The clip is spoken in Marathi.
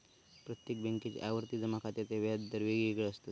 प्रत्येक बॅन्केच्या आवर्ती जमा खात्याचे व्याज दर येगयेगळे असत